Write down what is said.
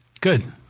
Good